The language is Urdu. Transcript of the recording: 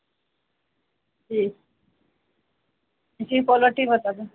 جی جی کوالٹی بتا دیں